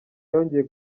yongeye